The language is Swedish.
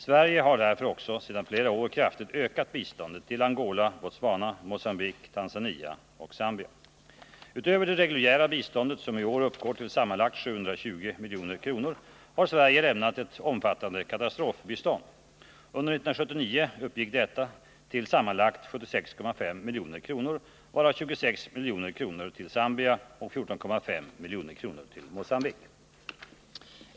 Sverige har därför också sedan flera år kraftigt ökat biståndet till Angola, Botswana, Mogambique, Tanzania och Zambia. Utöver det reguljära biståndet, som i år uppgår till sammanlagt 720 milj.kr., har Sverige lämnat ett omfattande katastrofbistånd. Under 1979 uppgick detta till sammanlagt 76,5 milj.kr., varav 26 milj.kr. till Zambia och 14,5 milj.kr. till Mogambique.